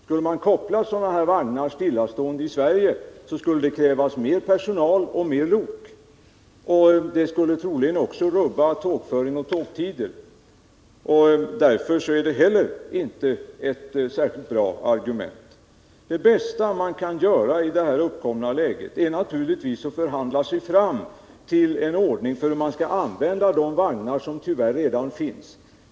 Skulle man koppla sådana här vagnar stillastående i Sverige, så skulle det krävas mer personal och fler lok. Det skulle också troligen rubba tågföring och tågtider. Därför är det heller inte ett särskilt bra argument. Det bästa man kan göra i det här uppkomna läget är naturligtvis att förhandla sig fram till en ordning för hur man skall använda de vagnar som tyvärr redan finns.